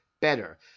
better